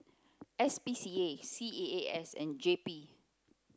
S P C A C A A S and J P